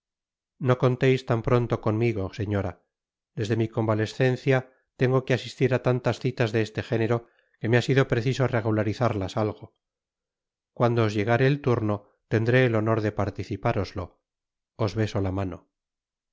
no conteis tan pronto conmigo señora desde mi convalescencia tengo que asistir á tantas citas de este género que me ha sido preciso regularizarlas algo cuando os llegare el turno tendré el honor de participároslo os beso ta mano